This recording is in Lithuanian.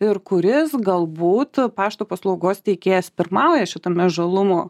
ir kuris galbūt pašto paslaugos teikėjas pirmauja šitame žalumo